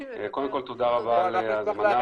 קודם כל תודה רבה על ההזמנה,